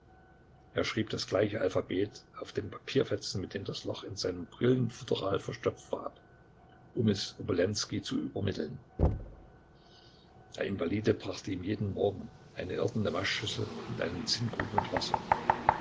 er schrieb das gleiche alphabet auf den papierfetzen mit dem das loch in seinem brillenfutteral verstopft war ab um es obolenskij zu übermitteln der invalide brachte ihm jeden morgen eine irdene waschschüssel und einen zinnkrug mit wasser